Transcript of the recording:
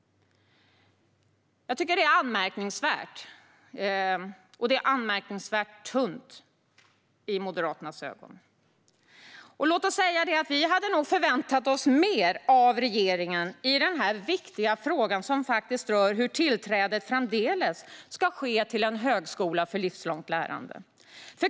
Jag tycker att det är anmärkningsvärt. Det är anmärkningsvärt tunt i Moderaternas ögon. Låt oss säga att vi hade förväntat oss mer av regeringen i denna viktiga fråga, som rör hur tillträdet framdeles ska ske till en högskola för livslångt lärande.